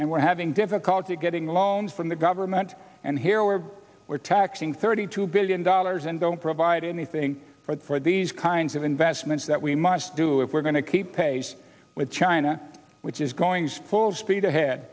and we're having difficulty getting loans from the government and here we are we're taxing thirty two billion dollars and don't provide anything for these kinds of investments that we must do if we're going to keep pace with china which is going to pull speed ahead